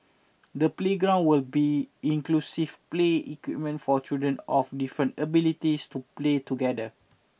the playground will be inclusive play equipment for children of different abilities to play together